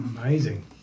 amazing